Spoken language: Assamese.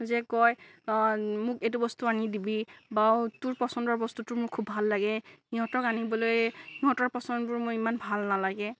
যে কয় মোক এইটো বস্তু আনি দিবি বা তোৰ পচন্দৰ বস্তু মোৰ খুব ভাল লাগে সিহঁতক আনিবলৈ সিহঁতৰ পচন্দবোৰ মোৰ ইমান ভাল নালাগে